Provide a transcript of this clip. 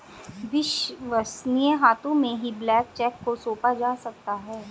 विश्वसनीय हाथों में ही ब्लैंक चेक को सौंपा जा सकता है